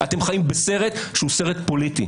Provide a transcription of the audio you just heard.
אתם חיים בסרט שהוא סרט פוליטי,